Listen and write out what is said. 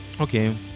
Okay